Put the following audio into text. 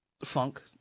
funk